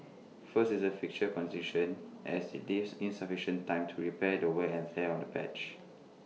first is A fixture congestion as IT leaves insufficient time to repair the wear and tear on the pitch